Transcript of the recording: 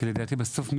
כי לדעתי בסוף,